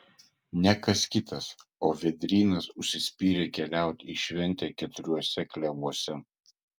ne kas kitas o vėdrynas užsispyrė keliauti į šventę keturiuose klevuose